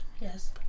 Yes